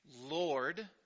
Lord